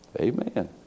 Amen